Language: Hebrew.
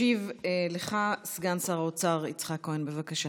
ישיב לך סגן שר האוצר יצחק כהן, בבקשה.